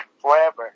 Forever